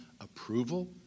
approval